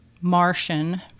martian